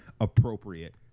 appropriate